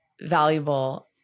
valuable